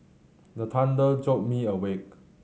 the thunder jolt me awake